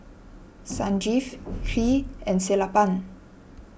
Sanjeev Hri and Sellapan